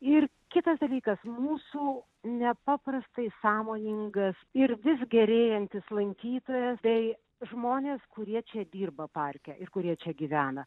ir kitas dalykas mūsų nepaprastai sąmoningas ir vis gerėjantis lankytojas bei žmonės kurie čia dirba parke ir kurie čia gyvena